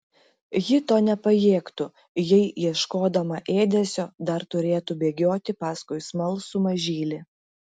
ji to nepajėgtų jei ieškodama ėdesio dar turėtų bėgioti paskui smalsų mažylį